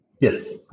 Yes